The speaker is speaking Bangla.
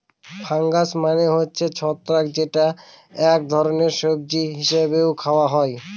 ফাঙ্গাস মানে হচ্ছে ছত্রাক যেটা এক ধরনের সবজি হিসেবে খাওয়া হয়